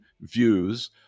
views